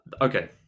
okay